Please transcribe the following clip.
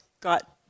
got